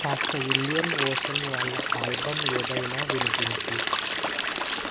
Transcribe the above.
కాస్త Indian Ocean వాళ్ళ album ఏదైనా వినిపించు